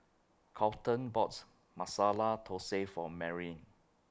Kolten bought Masala Thosai For Merilyn